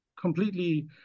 completely